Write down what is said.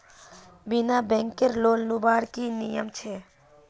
बिना बैंकेर लोन लुबार की नियम छे?